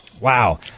Wow